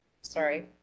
sorry